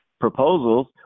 proposals